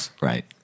right